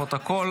לפרוטוקול,